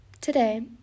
Today